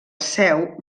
seu